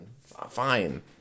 Fine